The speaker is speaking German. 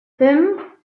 fünf